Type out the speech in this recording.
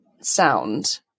sound